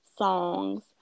songs